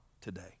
today